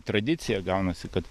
tradicija gaunasi kad